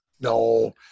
No